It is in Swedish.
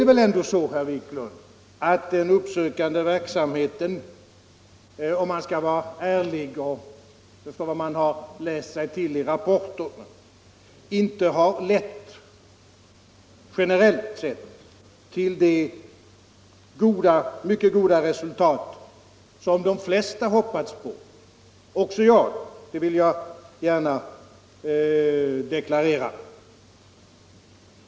Men det är dock så, herr Wiklund, att den uppsökande verksamheten - om man skall vara ärlig, och efter vad man har läst sig till i rapporterna — generellt sett inte har lett till de mycket goda resultat som de flesta hoppats på; också jag, det vill jag gärna deklarera.